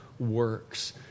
Works